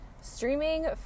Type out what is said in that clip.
streaming